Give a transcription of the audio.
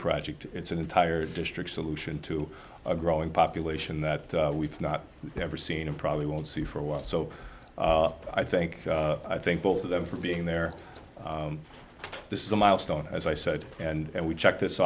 project it's an entire district solution to a growing population that we've not ever seen and probably won't see for a while so i think i think both of them for being there this is a milestone as i said and we checked this